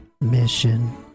mission